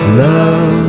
love